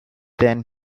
then